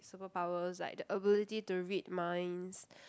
superpowers like the ability to read minds